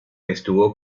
estuvo